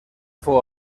fou